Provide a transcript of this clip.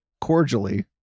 cordially